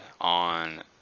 on